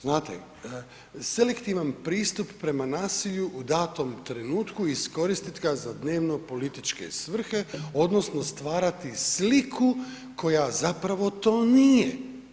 Znate selektivan pristup prema nasilju u datom trenutku iskoristit ga za dnevno političke svrhe odnosno stvarati sliku koja zapravo to nije.